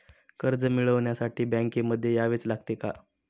कर्ज मिळवण्यासाठी बँकेमध्ये यावेच लागेल का?